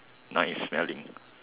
nice smelling